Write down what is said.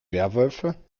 werwölfe